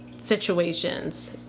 situations